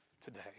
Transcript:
today